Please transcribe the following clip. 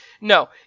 no